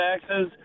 taxes